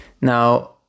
Now